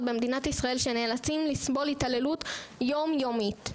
במדינת ישראל שנאלצים לסבול התעללות יום יומית.